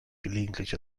gelegentlich